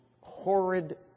horrid